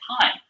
time